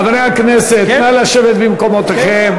חברי הכנסת, נא לשבת במקומותיכם.